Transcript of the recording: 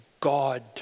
God